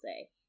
say